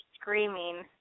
screaming